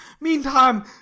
Meantime